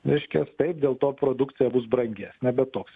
reiškias taip dėl to produkcija bus brangesnė bet toks